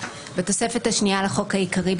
תיקון התוספת השנייה 6. בתוספת השנייה לחוק העיקרי,